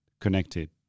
connected